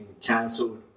cancelled